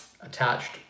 attached